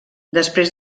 després